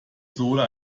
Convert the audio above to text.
sohle